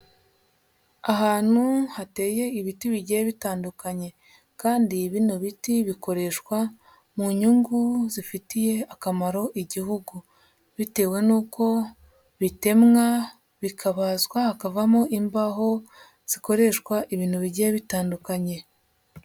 Ahantu hateye ibiti bigiye bitandukanye kandi bino biti bikoreshwa mu nyungu zifitiye akamaro Igihugu bitewe n'uko bitemwa bikabazwa hakavamo imbaho zikoreshwa ibintu bigiye bitandukanye.